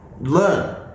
learn